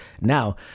now